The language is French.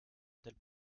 tels